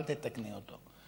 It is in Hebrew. אל תתקנו אותו.